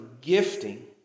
gifting